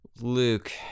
Luke